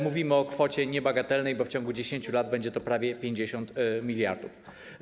Mówimy o kwocie niebagatelnej, bo w ciągu 10 lat będzie to prawie 50 mld.